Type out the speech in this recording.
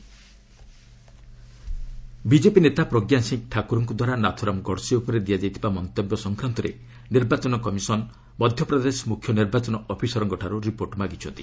ECI Pragya Thakur BJP ନେତା ପ୍ରଜ୍ଞା ସିଂ ଠାକୁରଙ୍କଦ୍ୱାରା ନାଥୁରାମ୍ ଗଡ଼୍ସେ ଉପରେ ଦିଆଯାଇଥିବା ମନ୍ତବ୍ୟ ସଂକ୍ରାନ୍ତରେ ନିର୍ବାଚନ କମିଶନ୍ ମଧ୍ୟପ୍ରଦେଶ ମୁଖ୍ୟ ନିର୍ବାଚନ ଅଫିସରଙ୍କଠାରୁ ରିପୋର୍ଟ ମାଗିଛନ୍ତି